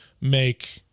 make